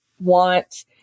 want